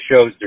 shows